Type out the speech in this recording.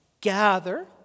gather